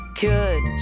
good